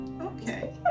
Okay